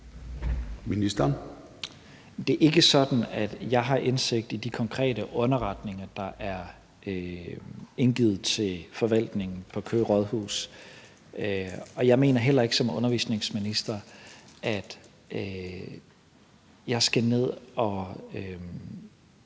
Det er ikke sådan, at jeg har indsigt i de konkrete underretninger, der er indgivet til forvaltningen på Køge Rådhus. Jeg mener heller ikke, at jeg som undervisningsminister skal ned og